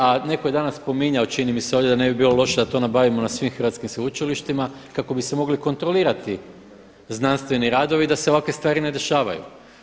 A netko je danas spominjao, čini mi se ovdje, da ne bi bilo loše da to nabavimo na svim hrvatskim sveučilištima kako bi se mogli kontrolirati znanstveni radovi da se ovakve stvari ne dešavaju.